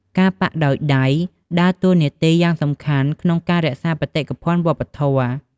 ការប៉ាក់ដោយដៃដើរតួនាទីយ៉ាងសំខាន់ក្នុងការ រក្សាបេតិកភណ្ឌវប្បធម៌។